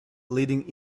leading